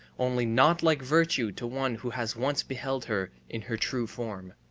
only not like virtue to one who has once beheld her in her true form.